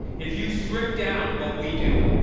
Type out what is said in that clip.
if you strip down what we do,